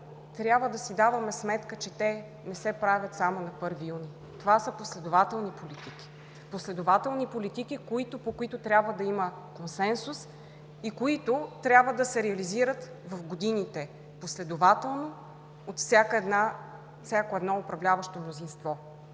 трябва да си даваме сметка, че те не се правят само на 1 юни. Това са последователни политики – последователни политики, по които трябва да има консенсус и които трябва да се реализират в годините последователно от всяко едно управляващо мнозинство.